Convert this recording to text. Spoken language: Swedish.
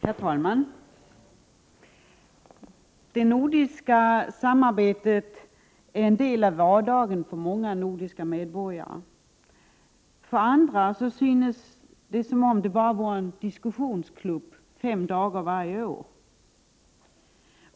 Herr talman! Det nordiska samarbetet är en del av vardagen för många nordiska medborgare, för andra synes det som om det bara vore en diskussionsklubb fem dagar varje år.